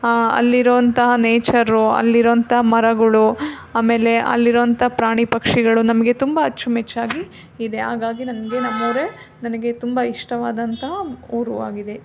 ಅಲ್ಲಿರೋ ಅಂತಹ ನೇಚರು ಅಲ್ಲಿರೋ ಅಂಥ ಮರಗಳು ಆಮೇಲೆ ಅಲ್ಲಿರೋ ಅಂಥ ಪ್ರಾಣಿ ಪಕ್ಷಿಗಳು ನಮಗೆ ತುಂಬ ಅಚ್ಚುಮೆಚ್ಚಾಗಿ ಇದೆ ಹಾಗಾಗಿ ನನಗೆ ನಮ್ಮೂರೇ ನನಗೆ ತುಂಬ ಇಷ್ಟವಾದಂಥ ಊರು ಆಗಿದೆ